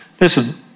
Listen